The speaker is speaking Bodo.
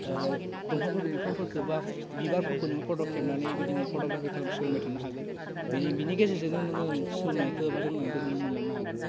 दंफांफोरखौ बिफांफोरखौ बा बिबारफोरखौनो फट' खेबनानै बिदिनो फट'ग्राफि खालामनो सोलोंबाय थानो हागोन बे बिनि गेजेरजोंनो नोङो सोलोंनायखौ एबा रोंनायखौ मोनलांनो हागोन